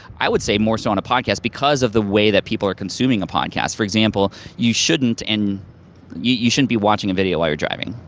i would say more so on the podcast, because of the way that people are consuming a podcast. for example, you shouldn't and you shouldn't be watching a video while you're driving,